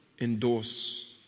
endorse